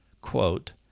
Quote